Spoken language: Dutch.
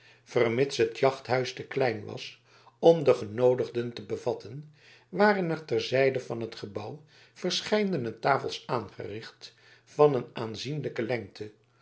vermits het jachthuis te klein was om de genoodigden te bevatten waren er ter zijde van het gebouw verscheiden tafels aangericht van een aanzienlijke lengte